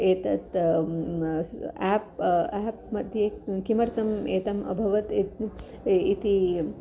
एतत् एप् एप्मध्ये किमर्थम् एतत् अभवत् इत् इति